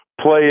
play